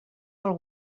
pel